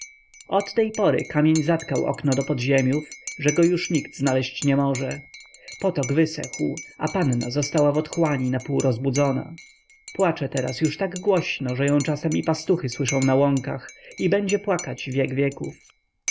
od tej pory kamień zatkał okno do podziemiów że go już nikt znaleść nie może potok wysechł a panna została w otchłani napół rozbudzona płacze teraz już tak głośno że ją czasem i pastuchy słyszą na łąkach i będzie płakać wiek wieków